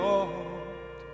Lord